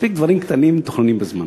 מספיק דברים קטנים מתוכננים בזמן.